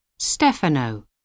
Stefano